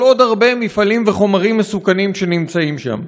אבל עוד הרבה מפעלים וחומרים מסוכנים שנמצאים שם.